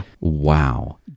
Wow